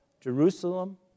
Jerusalem